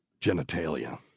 genitalia